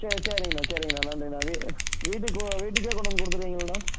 சே சரிங்கண்ணா சரிங்கண்ணா நன்றிண்ணா வீட்டுக்கு கோ வீட்டுக்கே கொண்டு வந்து கொடுத்துருவீங்களண்ணா